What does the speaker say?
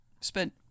spent